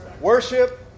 Worship